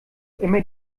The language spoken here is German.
immer